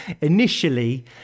initially